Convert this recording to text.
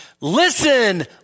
Listen